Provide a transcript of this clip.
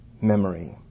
memory